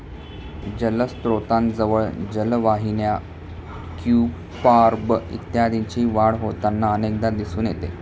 जलस्त्रोतांजवळ जलवाहिन्या, क्युम्पॉर्ब इत्यादींची वाढ होताना अनेकदा दिसून येते